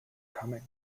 coming